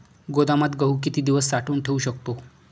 गोदामात गहू किती दिवस साठवून ठेवू शकतो?